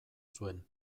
zuen